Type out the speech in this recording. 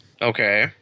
Okay